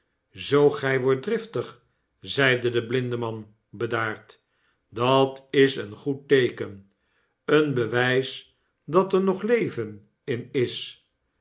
zoo gij wordt driftig zeide de blindeman bedaard dat is een goed teeken een bewijs dat er nog leven in is